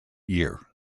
year